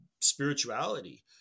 spirituality